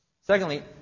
Secondly